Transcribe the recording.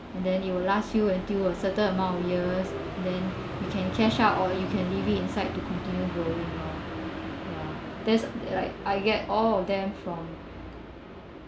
and then it will last you until a certain amount of years then you can cash out or you can leave it inside to continue growing lor ya there's they're like I get all of them from um